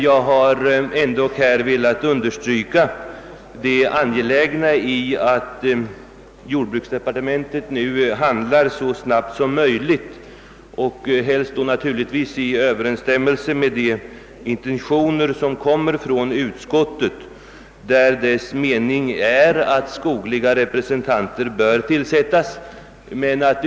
Jag har emellertid här velat understryka det angelägna i att jordbruksdepartementet nu handlar så snabbt som möjligt, helst naturligtvis i överensstämmelse med de intentioner som utskotiet angivit, enligt vilka "frågan noga bör följas av Kungl.. Maj:t.